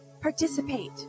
Participate